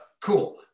cool